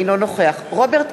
אינו נוכח רוברט אילטוב,